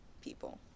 people